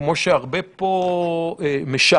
כמו שהרבה פה משערים,